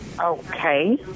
Okay